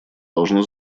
должно